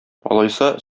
алайса